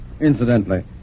Incidentally